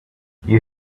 you